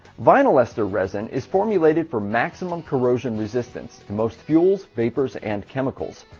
vinyl ester resin is formulated for maximum corrosion resistance to most fuels, vapors, and chemicals.